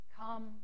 Come